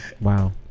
wow